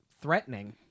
threatening